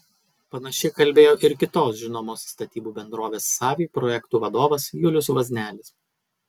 panašiai kalbėjo ir kitos žinomos statybų bendrovės savy projektų vadovas julius vaznelis